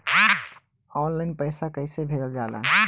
Online पैसा कैसे भेजल जाला?